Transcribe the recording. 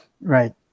right